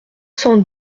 cent